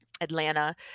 Atlanta